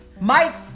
Mike